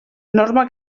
norma